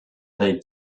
said